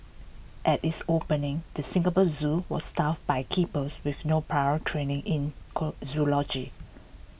at its opening the Singapore Zoo was staffed by keepers with no prior training in zoology